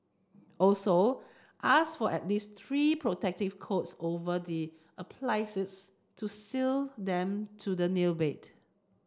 also ask for at least three protective coats over the applies to seal them to the nail bed